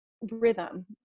rhythm